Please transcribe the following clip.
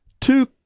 two